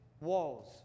walls